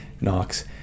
Knocks